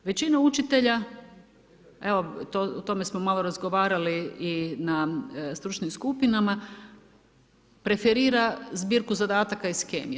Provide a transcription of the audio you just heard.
Većina učitelja, evo o tome smo malo razgovarali na stručnim skupinama, preferira zbirku zadataka iz kemije.